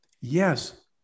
yes